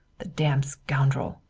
the damned scoundrel!